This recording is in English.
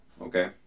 Okay